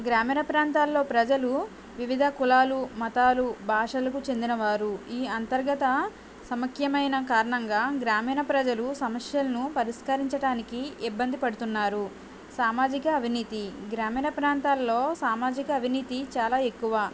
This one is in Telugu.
గ్రామీణ ప్రాంతాలలో ప్రజలు వివిధ కులాలు మతాలు భాషలకు చెందినవారు ఈ అంతర్గత సమఖ్యమైన కారణంగా గ్రామీణ ప్రజలు సమస్యలను పరిష్కరించడానికి ఇబ్బంది పడుతున్నారు సామాజిక అవినీతి గ్రామీణ ప్రాంతాలలో సామాజిక అవినీతి చాలా ఎక్కువ